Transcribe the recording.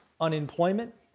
unemployment